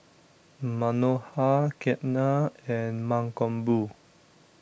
Manohar Ketna and Mankombu